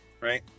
right